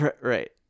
Right